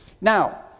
Now